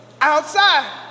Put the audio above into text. outside